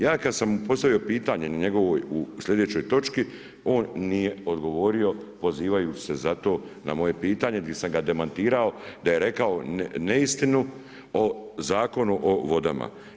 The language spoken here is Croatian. Ja kad sam postavio pitanje njegovo u sljedećoj točki, on nije odgovorio, pozivajući se zato na moje pitanje, gdje sam ga demantirao, gdje je rekao neistinu, o Zakonu o vodama.